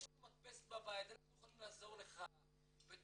יש לנו מדפסת בבית אנחנו יכולים לעזור לך בתור